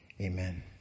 Amen